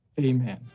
Amen